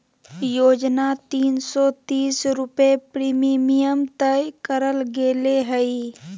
योजना तीन सो तीस रुपये प्रीमियम तय करल गेले हइ